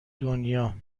دنیا